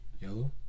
yellow